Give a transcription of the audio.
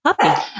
puppy